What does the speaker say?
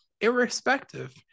Irrespective